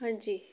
ਹਾਂਜੀ